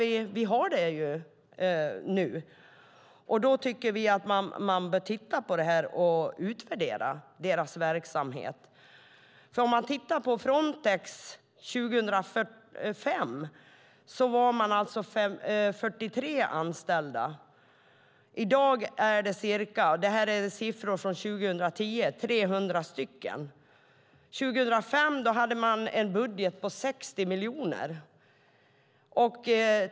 Men nu har vi det ju, och då tycker vi att man bör utvärdera dess verksamhet. År 2005 var det 43 anställda i Frontex. År 2010 var de ca 300. År 2005 hade man en budget på 60 miljoner.